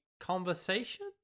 conversation